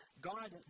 God